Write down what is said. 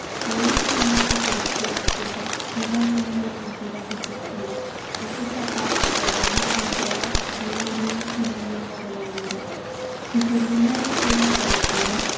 la luz de nieve que del cielo llega y baña a una hermosura que suspira la queja vaga que a la noche entrega loreley en la lengua de la lira y sobre el agua azul el caballero